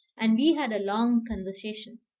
and we had a long conversation.